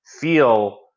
feel